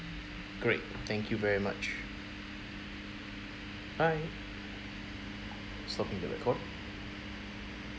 great thank you very much bye stopping the record